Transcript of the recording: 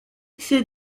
ces